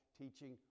teaching